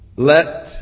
Let